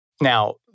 Now